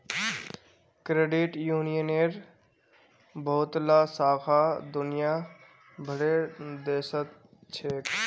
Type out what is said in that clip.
credit यूनियनेर बहुतला शाखा दुनिया भरेर देशत छेक